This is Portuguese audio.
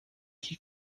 que